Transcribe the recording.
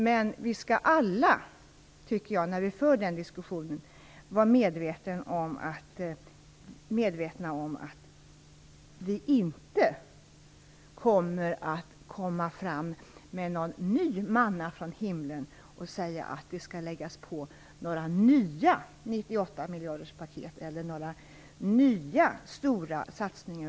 Men jag tycker att vi alla när vi för den diskussionen skall vara medvetna om att det inte kommer någon ny manna från himlen i form av några nya 98-miljarderspaket eller nya stora satsningar.